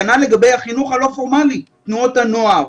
כנ"ל לגבי החינוך הלא-פורמלי תנועות הנוער,